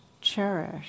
cherish